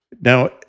Now